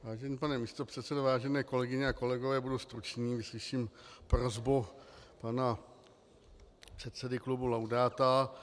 Vážený pane místopředsedo, vážené kolegyně a kolegové, budu stručný, vyslyším prosbu pana předsedy klubu Laudáta.